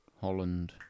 Holland